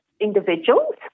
Individuals